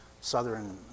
southern